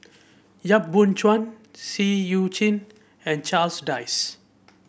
Yap Boon Chuan Seah Eu Chin and Charles Dyce